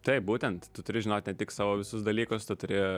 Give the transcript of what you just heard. taip būtent tu turi žinoti ne tik savo visus dalykus tu turi